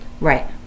right